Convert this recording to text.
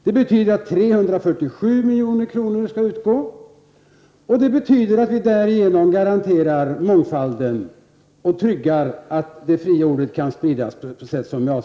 Det betyder att 347 milj.kr. skall utgå, och det betyder att vi därigenom garanterar mångfalden och tryggar att det fria ordet kan spridas på avsett sätt.